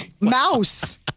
Mouse